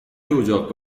اجاق